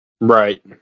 Right